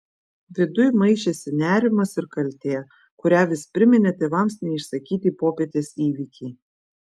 viduj maišėsi nerimas ir kaltė kurią vis priminė tėvams neišsakyti popietės įvykiai